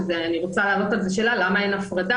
אני רוצה לשאול למה אין הפרדה.